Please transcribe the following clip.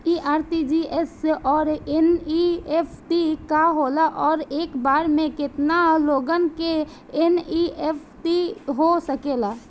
इ आर.टी.जी.एस और एन.ई.एफ.टी का होला और एक बार में केतना लोगन के एन.ई.एफ.टी हो सकेला?